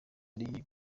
ari